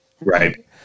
Right